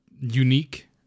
unique